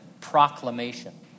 proclamation